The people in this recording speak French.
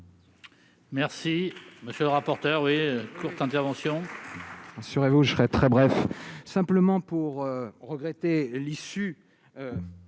Merci, monsieur le rapporteur oui courte intervention. Serez-vous, je serai très bref, simplement pour regretter l'issue